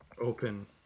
Open